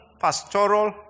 pastoral